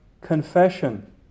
confession